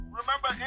remember